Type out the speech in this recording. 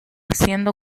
siendo